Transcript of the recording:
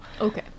Okay